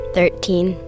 Thirteen